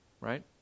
right